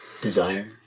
desire